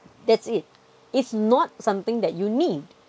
that's it it's not something that you need